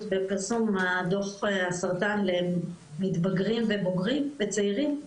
בפרסום הדו"ח הסרטן למתבגרים ובוגרים וצעירים,